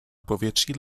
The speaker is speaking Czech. povětří